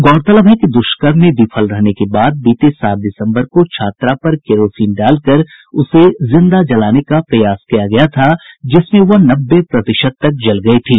गौरतलब है कि द्रष्कर्म मे विफल रहने के बाद बीते सात दिसम्बर को छात्रा पर केरोसिन डालकर उसे जिंदा जलाने का प्रयास किया गया था जिसमें वह नब्बे प्रतिशत तक जल गयी थी